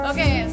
Okay